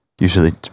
usually